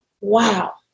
Wow